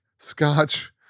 Scotch